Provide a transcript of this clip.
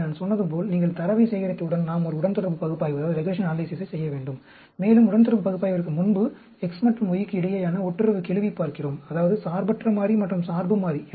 எனவே நான் சொன்னது போல் நீங்கள் தரவைச் சேகரித்தவுடன் நாம் ஒரு உடன்தொடர்பு பகுப்பாய்வைச் செய்ய வேண்டும் மேலும் உடன்தொடர்பு பகுப்பாய்விற்கு முன்பு X மற்றும் Y க்கு இடையேயான ஒட்டுறவுக்கெழுவைப் பார்க்கிறோம் அதாவது சார்பற்ற மாறி மற்றும் சார்பு மாறி